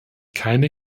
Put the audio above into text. keine